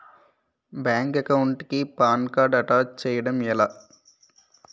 Bank account కి PAN card attach చేయడం ఎలా?